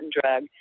drug